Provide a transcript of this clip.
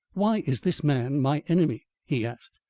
why is this man my enemy? he asked.